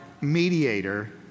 mediator